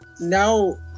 now